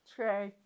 True